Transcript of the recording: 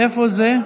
איפה זה?